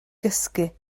gysgu